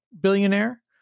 billionaire